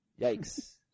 yikes